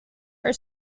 her